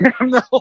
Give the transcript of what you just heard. no